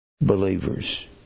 believers